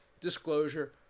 disclosure